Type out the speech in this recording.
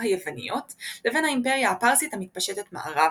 היווניות לבין האימפריה הפרסית המתפשטת מערבה,